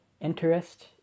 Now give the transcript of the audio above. interest